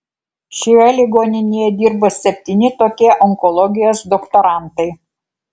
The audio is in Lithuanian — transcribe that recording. šioje ligoninėje dirbo septyni tokie onkologijos doktorantai